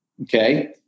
Okay